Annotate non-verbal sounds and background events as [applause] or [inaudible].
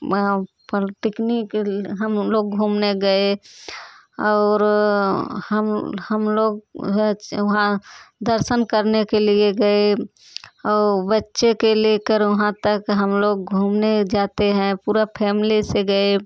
polytechnic हम लोग घूमने गए और हम हम लोग [unintelligible] दर्शन करने के लिए गए और बच्चे के ले कर वहाँ तक हम लोग घूमने जाते हैं पूरा फैमली से गए